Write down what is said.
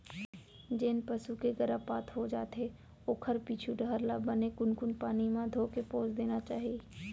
जेन पसू के गरभपात हो जाथे ओखर पीछू डहर ल बने कुनकुन पानी म धोके पोंछ देना चाही